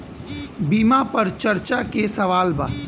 बीमा पर चर्चा के सवाल बा?